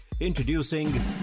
Introducing